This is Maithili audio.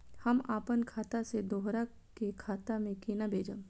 हम आपन खाता से दोहरा के खाता में केना भेजब?